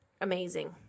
amazing